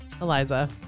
Eliza